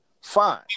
fine